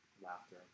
laughter